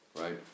right